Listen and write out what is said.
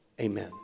amen